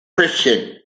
christian